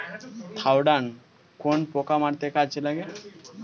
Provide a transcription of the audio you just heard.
Thiodan কোন পোকা মারতে কাজে লাগে?